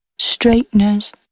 straighteners